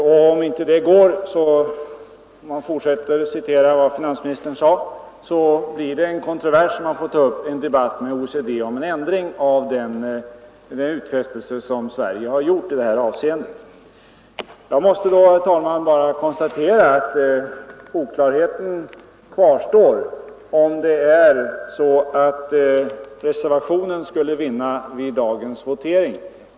Om detta inte visar sig vara möjligt, blir det — för att referera vad finansministern sade — en kontrovers, och man får då ta upp en debatt med OECD om en ändring i den utfästelse som Sverige gjort i detta avseende. Jag måste, herr talman, konstatera att oklarheten kvarstår i den händelse att reservationen 1 skulle vinna vid dagens votering.